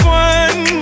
one